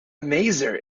maser